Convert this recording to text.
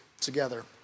together